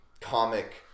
comic